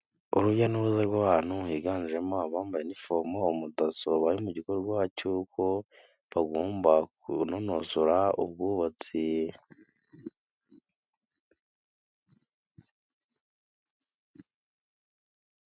Urujya n'uruza rw'abantutu higanjemo: abambaye nifomo, umudaso, bari mu gikorwa cy'uko bagomba kunonosora ubwubatsi.